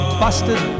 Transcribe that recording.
busted